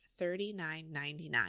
$39.99